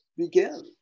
Begin